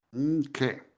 okay